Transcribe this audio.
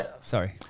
Sorry